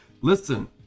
Listen